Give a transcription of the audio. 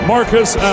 Marcus